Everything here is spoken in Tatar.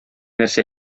нәрсә